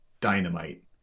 dynamite